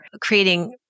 creating